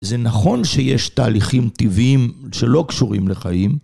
זה נכון שיש תהליכים טבעיים שלא קשורים לחיים.